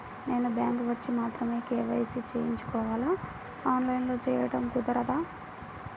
నేను బ్యాంక్ వచ్చి మాత్రమే కే.వై.సి చేయించుకోవాలా? ఆన్లైన్లో చేయటం కుదరదా?